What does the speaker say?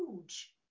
huge